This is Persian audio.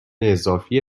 اضافی